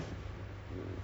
are you P_S three